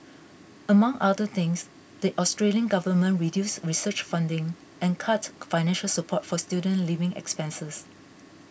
among other things the Australian government reduced research funding and cut financial support for student living expenses